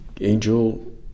angel